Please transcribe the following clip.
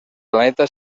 planeta